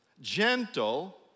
gentle